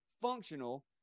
functional